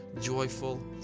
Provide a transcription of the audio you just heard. joyful